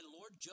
Lord